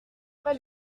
pas